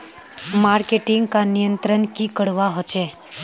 Marketing का नियंत्रण की करवा होचे?